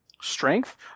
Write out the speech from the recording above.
strength—